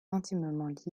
intimement